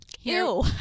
Ew